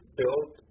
built